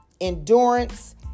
endurance